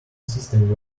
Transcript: system